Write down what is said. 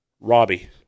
Robbie